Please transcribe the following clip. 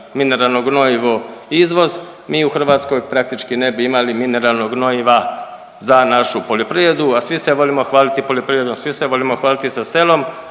mineralno gnojivo izvoz, mi u Hrvatskoj praktički ne bi imali mineralnog gnojiva za našu poljoprivredu, a svi se volimo hvaliti poljoprivredom i svi se volimo hvaliti sa selom,